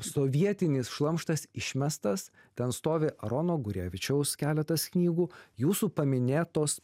sovietinis šlamštas išmestas ten stovi rono gurevičiaus keletas knygų jūsų paminėtos